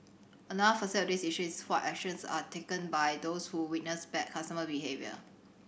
another facet of this issue is what actions are taken by those who witness bad customer behaviour